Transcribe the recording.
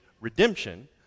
redemption